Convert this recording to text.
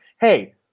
hey –